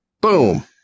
Boom